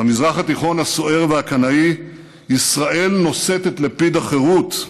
במזרח התיכון הסוער והקנאי ישראל נושאת את לפיד החירות.